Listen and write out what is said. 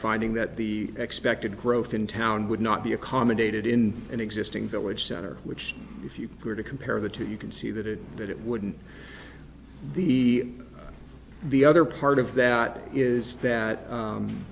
finding that the expected growth in town would not be accommodated in an existing village center which if you were to compare the two you and see that it that it wouldn't the the other part of that is that